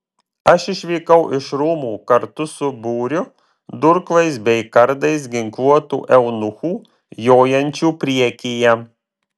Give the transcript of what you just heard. aš išvykau iš rūmų kartu su būriu durklais bei kardais ginkluotų eunuchų jojančių priekyje